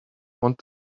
want